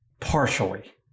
partially